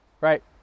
right